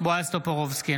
בועז טופורובסקי,